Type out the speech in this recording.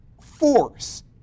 force